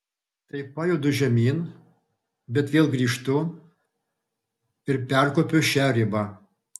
tai pajudu žemyn bet vėl grįžtu ir perkopiu šią ribą